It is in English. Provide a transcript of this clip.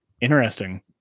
Interesting